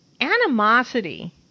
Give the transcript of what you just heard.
animosity